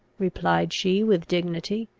replied she with dignity.